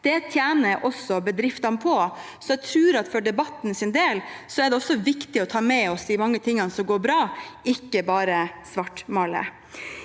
Det tjener også bedriftene på, så jeg tror at for debattens del er det viktig å ta med seg de mange tingene som går bra, ikke bare svartmale.